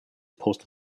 postal